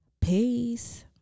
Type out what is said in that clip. peace